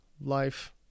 life